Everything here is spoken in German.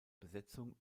besetzung